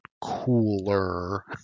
cooler